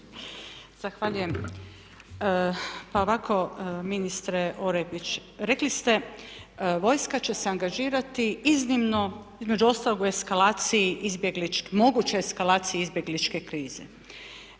Zahvaljujem. Pa ovako ministre Orepić, rekli ste vojska će se angažirati iznimno, između ostalo u eskalaciji izbjegličke,